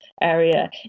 area